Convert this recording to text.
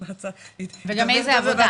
וגם איזה עבודה.